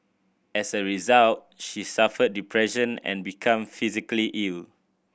as a result she suffered depression and become physically ill